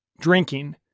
drinking